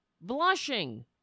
blushing